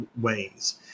ways